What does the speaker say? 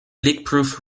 leakproof